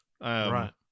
Right